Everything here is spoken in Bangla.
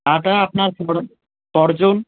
আটা আপনার কী করে ফরচুন